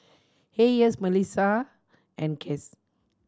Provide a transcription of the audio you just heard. Hayes Malissa and Cass